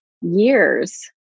years